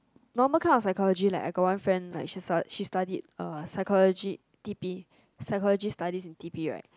normal kind of psychology like I got one friend like she a she studied uh psychology T_P psychology studies in T_P right